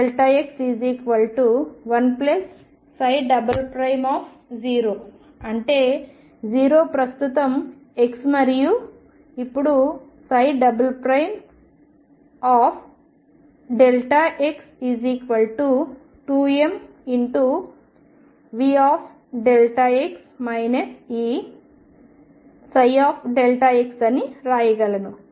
x10 అంటే 0 ప్రస్తుతం x మరియు ఇప్పుడు x2mVx Eψ అని వ్రాయగలను